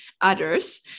others